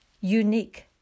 unique